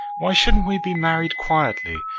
why shouldn't we be married quietly,